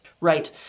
Right